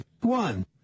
one